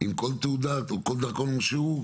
עם כל תעודה, כל דרכון שהוא?